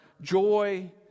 joy